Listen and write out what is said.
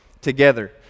together